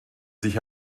sich